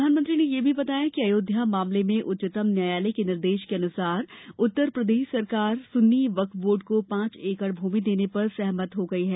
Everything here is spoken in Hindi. प्रधानमंत्री ने यह भी बताया कि अयोध्या मामले में उच्चतम न्यायालय के निर्देश के अनुसार उत्तरप्रदेश सरकार सुन्नी वक्फ बोर्ड को पांच एकड़ भूमि देने पर सहमत हो गई है